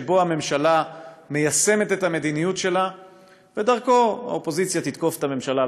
שבו הממשלה מיישמת את המדיניות שלה ודרכו האופוזיציה תתקוף את הממשלה,